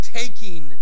taking